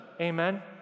amen